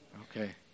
Okay